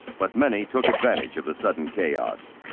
but many took advantage of the sudden chaos.